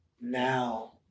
now